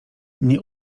nie